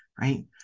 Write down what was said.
Right